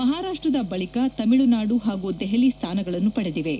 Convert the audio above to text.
ಮಹಾರಾಷ್ಷದ ಬಳಿಕ ತಮಿಳುನಾಡು ಹಾಗೂ ದೆಹಲಿ ಸ್ಥಾನಗಳನ್ನು ಪಡೆದಿವೆ